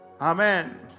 Amen